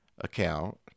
account